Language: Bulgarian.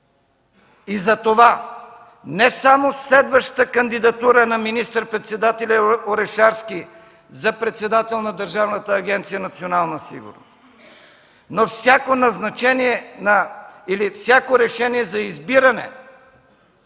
и затова не само следващата кандидатура на министър-председателя Орешарски за председател на Държавна агенция „Национална сигурност”, но всяко назначение